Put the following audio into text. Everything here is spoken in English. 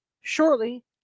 Shortly